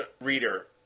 reader